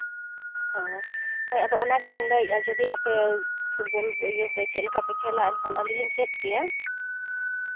ᱦᱚᱸ ᱦᱳᱭ ᱟᱫᱚ ᱚᱱᱟ ᱜᱮᱞᱤᱧ ᱞᱟᱹᱭᱮᱜᱼᱟ ᱡᱩᱫᱤ ᱟᱯᱮ ᱯᱷᱩᱴᱵᱚᱞ ᱤᱭᱟᱹᱯᱮ ᱪᱮᱫ ᱞᱮᱠᱟ ᱯᱮ ᱠᱷᱮᱞᱼᱟ ᱮᱱᱠᱷᱟᱱ ᱟᱹᱞᱤᱤᱧ ᱞᱤᱧ ᱪᱮᱫ ᱯᱮᱭᱟ